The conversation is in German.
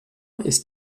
ist